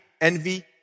envy